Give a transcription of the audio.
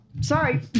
sorry